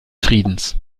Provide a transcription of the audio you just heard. friedens